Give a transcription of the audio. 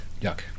Yuck